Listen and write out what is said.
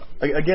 Again